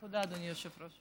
תודה, אדוני היושב-ראש.